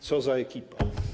Co za ekipa.